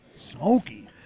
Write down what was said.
smoky